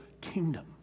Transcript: kingdom